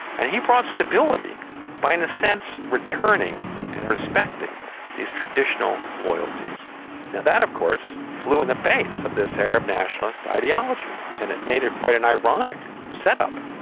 and he brought stability by in a sense, returning and respecting these traditional loyalties. now that of course flew in the face of this arab nationalist ideology, and it made it quite an ironic set-up,